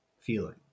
feeling